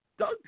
Doug